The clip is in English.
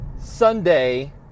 Sunday